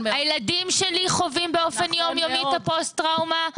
הילדים שלי חווים באופן יום יומי את הפוסט טראומה.